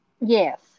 Yes